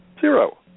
zero